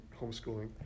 homeschooling